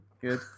Good